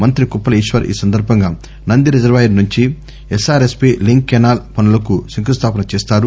మంతి కొప్పుల ఈశ్వర్ ఈ సందర్భంగా నంది రిజర్వాయర్ నుంచి ఎస్ఆర్ఎస్పి లింక్ కెనాల్ పనులకు శంకుస్థాపన చేస్తారు